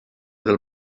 del